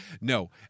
No